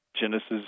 Genesis